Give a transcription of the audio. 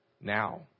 Now